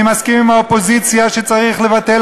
אני מסכים עם האופוזיציה שצריך לבטל